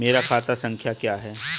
मेरा खाता संख्या क्या है?